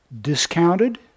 Discounted